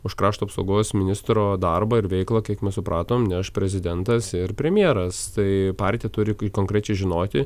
už krašto apsaugos ministro darbą ir veiklą kiek mes supratom neš prezidentas ir premjeras tai partija turi konkrečiai žinoti